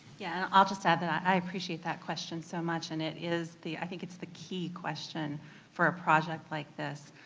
yeah, i'll just add that. i appreciate that question so much and it is the i think it's the key question for a project like this.